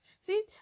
See